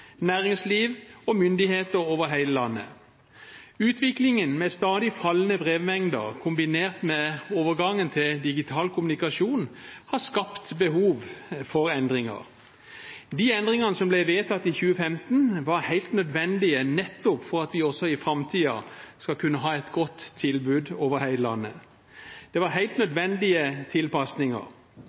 næringsliv og myndigheter. Utviklingen med stadig fallende brevmengder, kombinert med overgangen til digital kommunikasjon, har skapt behov for endringer. De endringene som ble vedtatt i 2015, var helt nødvendige nettopp for at vi også i framtiden skal kunne ha et godt tilbud over hele landet. Det var helt nødvendige tilpasninger.